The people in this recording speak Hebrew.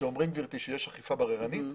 כשאומרים שיש אכיפה בררנית,